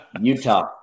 Utah